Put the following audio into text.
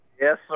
Yes